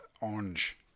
orange